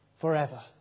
forever